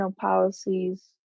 policies